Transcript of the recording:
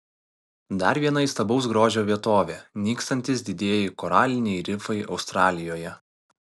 dar viena įstabaus grožio vietovė nykstantys didieji koraliniai rifai australijoje